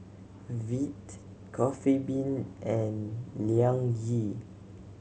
Veet Coffee Bean and Liang Yi